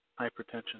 hypertension